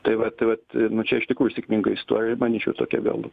tai vat vat nu čia iš tikrųjų sėkminga istorija manyčiau tokia gal